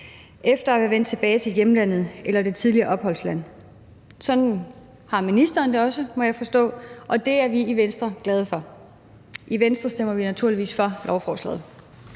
efter at de er vendt tilbage til hjemlandet eller et tidligere opholdsland. Sådan har ministeren det også, må jeg forstå. Det er vi i Venstre glade for. I Venstre stemmer vi naturligvis for lovforslaget.